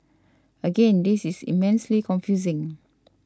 again this is immensely confusing